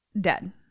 Dead